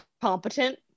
competent